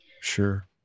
Sure